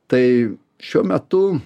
tai šiuo metu